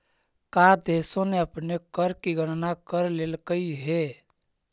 का देशों ने अपने कर की गणना कर लेलकइ हे